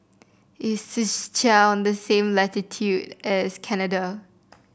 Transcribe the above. is Czechia on the same latitude as Canada